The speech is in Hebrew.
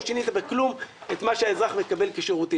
לא שינית בכלום את מה שהאזרח מקבל כשירותים.